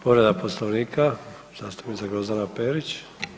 Povreda Poslovnika, zastupnica Grozdana Perić.